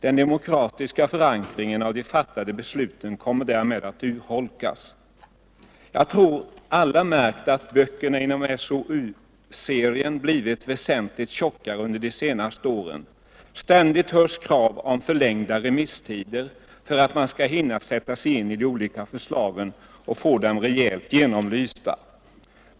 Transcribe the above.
Den demokratiska förankringen av de fattade besluten kommer därmed att urholkas. Jag tror alla har märkt att böckerna inom SOU-serien blivit väsentligt tjockare under de senaste åren. Ständigt höjs krav på förlängda remisstider för att man skall hinna sätta sig in i de olika förslagen och få dem rejält genomlysta.